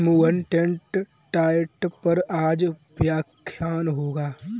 Mohan date diet पर आज व्याख्यान होगा